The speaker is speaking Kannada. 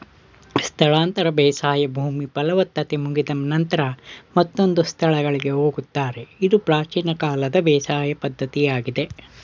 ಸ್ಥಳಾಂತರ ಬೇಸಾಯ ಭೂಮಿ ಫಲವತ್ತತೆ ಮುಗಿದ ನಂತರ ಮತ್ತೊಂದು ಸ್ಥಳಗಳಿಗೆ ಹೋಗುತ್ತಾರೆ ಇದು ಪ್ರಾಚೀನ ಕಾಲದ ಬೇಸಾಯ ಪದ್ಧತಿಯಾಗಿದೆ